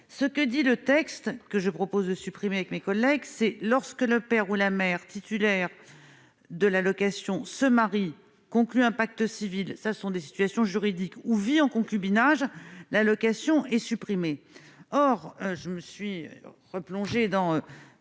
ce que dit le texte que je propose de supprimer avec mes collègues, c'est lorsque le père ou la mère titulaires de l'allocation se marient conclu un pacte civil, ça ce sont des situations juridiques ou vit en concubinage, l'allocation est supprimé, or je me suis replongée dans